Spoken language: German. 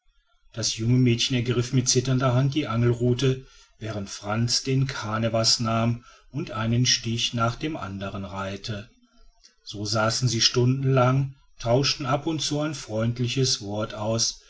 das junge mädchen ergriff mit zitternder hand die angelruthe während frantz den kanevas nahm und einen stich an den andern reihte so saßen sie stunden lang tauschten ab und zu ein freundliches wort aus